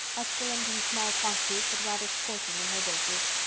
excellent in small quantities but rather scorching in her doses.